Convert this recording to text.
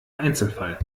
einzelfall